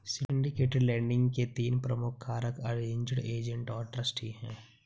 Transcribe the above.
syndicated lending के तीन प्रमुख कारक अरेंज्ड, एजेंट और ट्रस्टी हैं